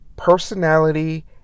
Personality